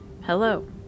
Hello